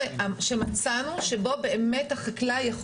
המקום שמצאנו שבו באמת החקלאי יכול